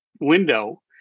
window